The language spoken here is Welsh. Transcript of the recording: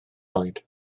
oed